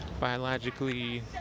biologically